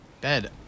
Bed